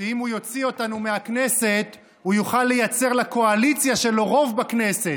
שאם הם יוציאו אותנו מהכנסת הם יוכלו לייצר לקואליציה רוב בכנסת.